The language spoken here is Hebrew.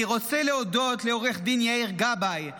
אני רוצה להודות לעו"ד יאיר גבאי,